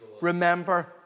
remember